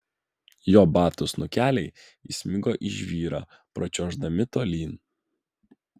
jo batų snukeliai įsmigo į žvyrą pačiuoždami tolyn